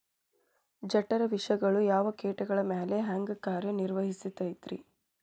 ಜಠರ ವಿಷಗಳು ಯಾವ ಕೇಟಗಳ ಮ್ಯಾಲೆ ಹ್ಯಾಂಗ ಕಾರ್ಯ ನಿರ್ವಹಿಸತೈತ್ರಿ?